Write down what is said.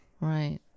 right